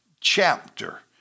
chapter